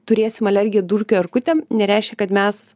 turėsim alergiją dulkių erkutėm nereiškia kad mes